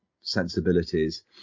sensibilities